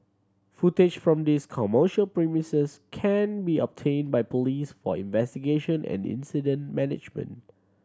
footage from these commercial premises can be obtained by police for investigation and incident management